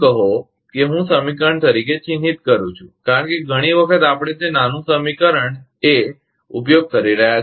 એમ કહો કે હું સમીકરણ તરીકે ચિહ્નિત કરું છું કારણ કે ઘણી વખત આપણે તે નાનું સમીકરણ એequation ઉપયોગ કરી રહ્યા છીએ